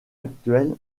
actuel